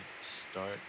start